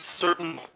certain